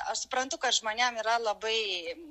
aš suprantu kad žmonėm yra labai